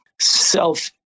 self